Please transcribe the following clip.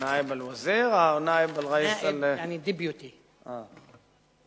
אל-נאאב אל-וזיר, או נאאב אל-ראיס אל, נאאב, יעני,